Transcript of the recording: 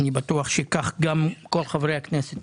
אני בטוח וכך גם כל חברי הכנסת,